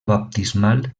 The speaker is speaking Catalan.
baptismal